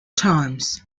times